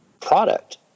product